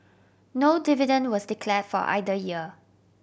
no dividend was declare for either year